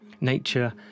Nature